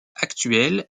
actuel